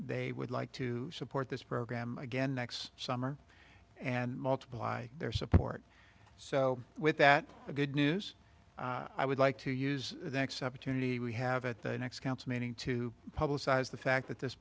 they would like to support this program again next summer and multiply their support so with that good news i would like to use the next opportunity we have at the next council meeting to publicize the fact that this